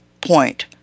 point